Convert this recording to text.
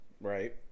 Right